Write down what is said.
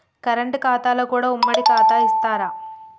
Current ఖాతాలో కూడా ఉమ్మడి ఖాతా ఇత్తరా?